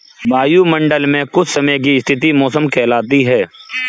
वायुमंडल मे कुछ समय की स्थिति मौसम कहलाती है